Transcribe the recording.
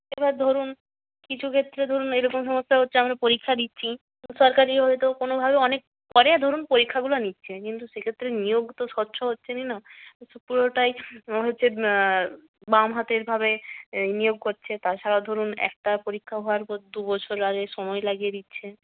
এবার ধরুন কিছু ক্ষেত্রে ধরুন এরকম সমস্যা হচ্ছে আমরা পরীক্ষা দিচ্ছি সরকারই হয়তো কোনোভাবে অনেক পরে ধরুন পরীক্ষাগুলো নিচ্ছে কিন্তু সেক্ষেত্রে নিয়োগ তো স্বচ্ছ হচ্ছে না না পুরোটাই হচ্ছে বাম হাতের ভাবে নিয়োগ করছে তাছাড়াও ধরুন একটা পরীক্ষা হওয়ার পর দুবছর আরে সময় লাগিয়ে দিচ্ছে